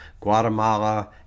Guatemala